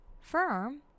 firm